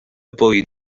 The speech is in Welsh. bwyd